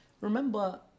Remember